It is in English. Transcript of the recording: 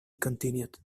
continued